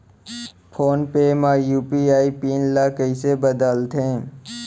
Phone पे म UPI pin ल कइसे बदलथे?